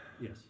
Yes